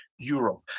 Europe